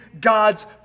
God's